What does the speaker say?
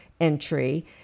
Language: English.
entry